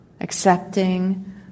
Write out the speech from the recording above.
accepting